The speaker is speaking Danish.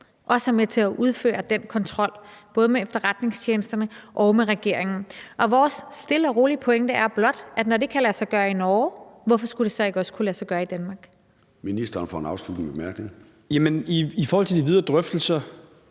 også er med til at udføre den kontrol med både efterretningstjenesterne og regeringen. Og vores stille og rolige pointe er blot: Når det kan lade sig gøre i Norge, hvorfor skulle det så ikke også kunne lade sig gøre i Danmark? Kl. 13:13 Formanden (Søren Gade): Ministeren for en afsluttende